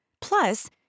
plus